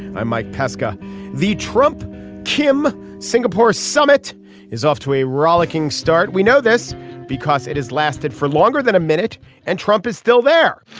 ah mike pesca the trump kim singapore summit is off to a rollicking start. we know this because it has lasted for longer than a minute and trump is still there